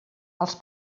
els